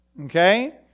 Okay